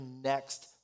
next